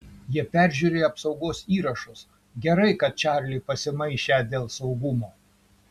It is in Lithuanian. jie peržiūrėjo apsaugos įrašus gerai kad čarliui pasimaišę dėl saugumo